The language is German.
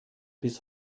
bis